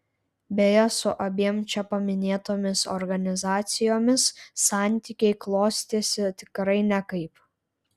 beje su abiem čia paminėtomis organizacijomis santykiai klostėsi tikrai nekaip